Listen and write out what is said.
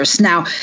Now